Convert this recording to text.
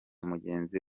mugenzi